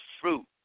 fruit